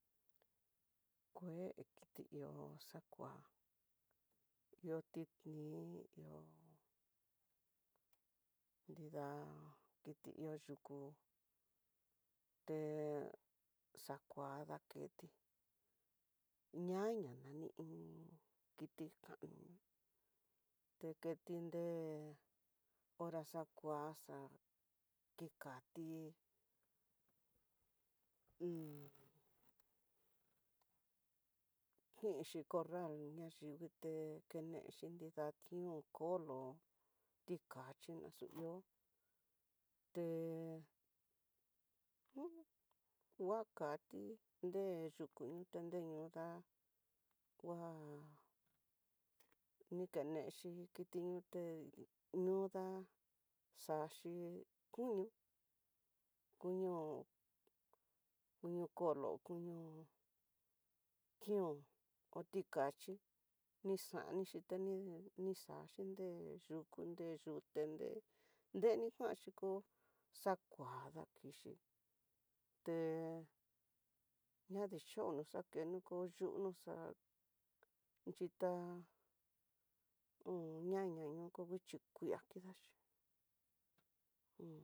Kue kiti ihó xakua, ihó tidni ihó nrida kiti ihó yuku, te xakua daketi ñaña nani iin kiti kano, tekiti nre hora xakua xa kikati kuinxhi corral ña ngui nguite kenexhi nida kion kolo, ticachi naxu ihó te un, huakati nre yuku nió nre no da'a, kua nikenexhi kiti ñote niuda xaxhi kuño, kuño kolo kuño tión ho ticachi nixanixhi ta ni xaxhi nré yuku nre yute nre, nrekuanxhi ko xakua da'á kixhi nre ñadichono xakenuko yuno xa yitá on ñaña ño kanguichi kuia kidachi.